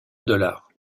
dollars